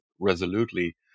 resolutely